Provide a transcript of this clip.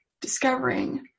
discovering